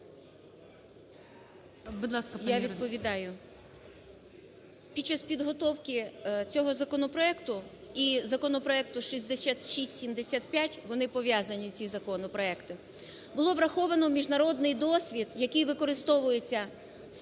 Я відповідаю. Під час підготовки цього законопроекту і законопроекту 6675, вони пов'язані ці законопроекти, було враховано міжнародний досвід, який використовується Сполученими